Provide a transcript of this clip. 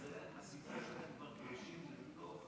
עד שהוא יגיע,